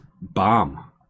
bomb